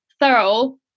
thorough